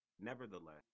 Nevertheless